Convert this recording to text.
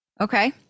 Okay